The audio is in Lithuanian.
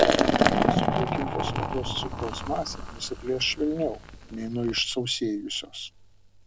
nuo sudrėkintos odos cukraus masė nusiplėš švelniau nei nuo išsausėjusios